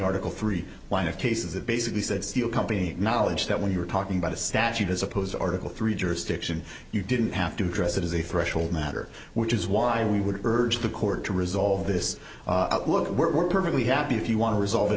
article three line of cases that basically said steel company knowledge that when you're talking about a statute as opposed to article three jurisdiction you didn't have to address it as a threshold matter which is why we would urge the court to resolve this we're perfectly happy if you want to resolve it